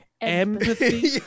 empathy